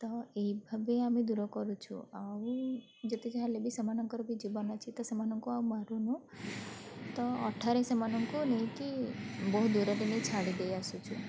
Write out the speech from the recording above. ତ ଏଇଭାବେ ଆମେ ଦୂର କରୁଛୁ ଆଉ ଯେତେ ଯାହା ହେଲେ ବି ସେମାନଙ୍କର ଜୀବନ ଅଛି ସେମାନଙ୍କୁ ଆଉ ମାରୁନୁ ତ ଅଠାରେ ସେମାନଙ୍କୁ ନେଇକି ବହୁ ଦୂରରେ ନେଇ ଛାଡ଼ି ଦେଇ ଆସୁଛୁ